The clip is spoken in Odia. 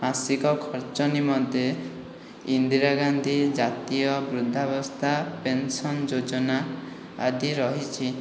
ମାସିକ ଖର୍ଚ୍ଚ ନିମନ୍ତେ ଇନ୍ଦିରାଗାନ୍ଧୀ ଜାତୀୟ ବୃଦ୍ଧାବସ୍ଥା ପେନସନ୍ ଯୋଜନା ଆଦି ରହିଛି